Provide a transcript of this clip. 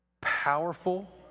powerful